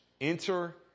Enter